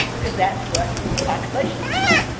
because that's what the population looks like.